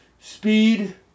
Speed